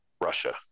Russia